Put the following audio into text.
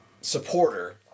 supporter